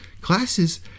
classes